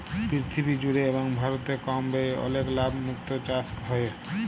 পীরথিবী জুড়ে এবং ভারতে কম ব্যয়ে অলেক লাভ মুক্ত চাসে হ্যয়ে